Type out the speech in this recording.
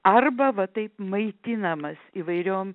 arba va taip maitinamas įvairiom